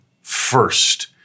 first